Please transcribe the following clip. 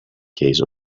case